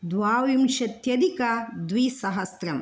द्वाविंशत्यधिकद्विसहस्रम्